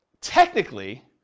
technically